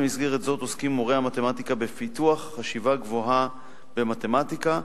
במסגרת זו עוסקים מורי המתמטיקה בפיתוח חשיבה גבוהה במתמטיקה,